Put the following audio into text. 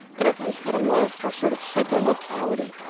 and i've always had a love for sort of hyperlocality.